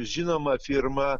žinoma firma